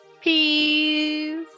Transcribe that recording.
Peace